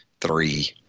three